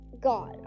God